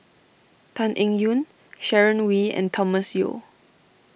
Tan Eng Yoon Sharon Wee and Thomas Yeo